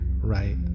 right